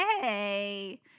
hey